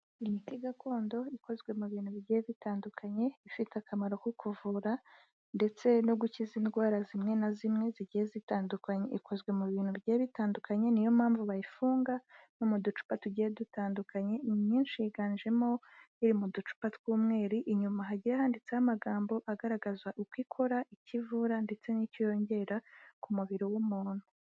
Imiti gakondo ikozwe mu bintu bigiye bitandukanye, ifite akamaro ko kuvura, ndetse no gukiza indwara zimwe na zimwe zigiye zitandukanye, ikozwe mu bintu bigiye bitandukanye, niyo mpamvu bayifunga no mu ducupa tugiye dutandukanye, imyinshi yiganjemo iri mu ducupa tw'umweru, inyuma hagiye handitseho amagambo agaragaza uko ikora, icyo ivura ndetse n'icyo yongera ku mubiri w'umuntu.